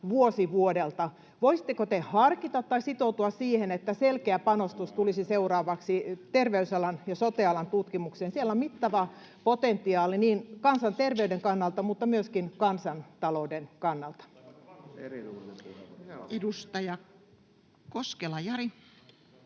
vuosi vuodelta: voisitteko te harkita tai sitoutua siihen, että selkeä panostus tulisi seuraavaksi terveysalan ja sote-alan tutkimukseen? Siellä on mittava potentiaali niin kansanterveyden kannalta kuin myöskin kansantalouden kannalta. [Speech 27]